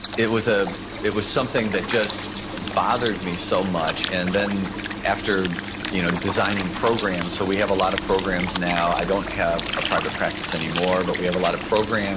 it was ah it was something that just bothered me so much. and then after you know designing programs, so we have a lot of programs now. i don't have a private practice anymore, but we have a lot of programs